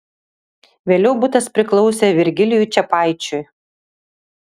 vėliau butas priklausė virgilijui čepaičiui